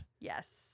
Yes